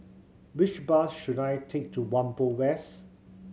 which bus should I take to Whampoa West